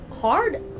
hard